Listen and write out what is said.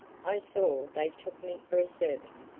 i saw they took me for a servant,